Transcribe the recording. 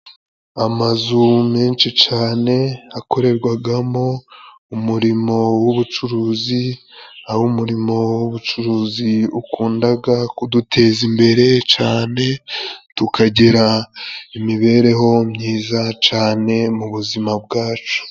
Amazu menshi cane akorerwagamo umurimo w'ubucuruzi, aho'umurimo w'ubucuruzi ukundaga kuduteza imbere cane, tukagira imibereho myiza cane mu buzima bwacu.